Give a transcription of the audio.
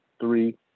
three